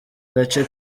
gace